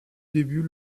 début